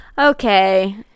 Okay